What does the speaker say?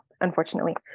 unfortunately